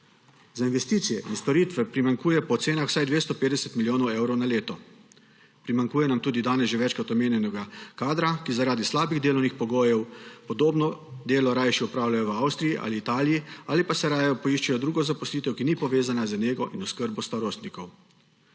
Za investicije in storitve primanjkuje po ocenah vsaj 250 milijonov evrov na leto. Primanjkuje nam tudi danes že večkrat omenjenega kadra, ki zaradi slabih delovnih pogojev podobno delo rajši opravljajo v Avstriji ali Italiji ali pa si raje poiščejo drugo zaposlitev, ki ni povezana z nego in oskrbo starostnikov.